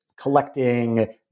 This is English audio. collecting